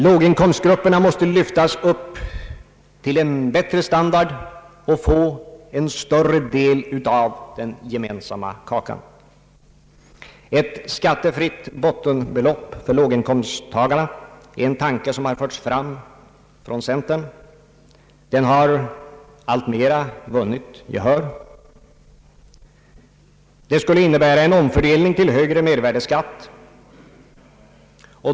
Låginkomstgrupperna måste lyftas upp till en bättre standard och få en större del av den gemensamma kakan. Ett skattefritt bottenbelopp för låginkomsttagarna är en tanke som har förts fram från centerpartiet och den har allt mera vunnit gehör. Det skulle innebära en omfördelning till högre mervärdeskatt.